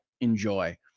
enjoy